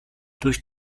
durch